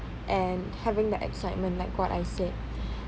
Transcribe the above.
and having the excitement like what I said